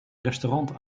restaurant